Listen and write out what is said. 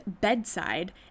bedside